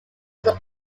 its